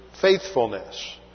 faithfulness